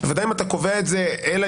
ודאי אם אתה קובע את זה מנימוקים